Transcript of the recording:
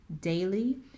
daily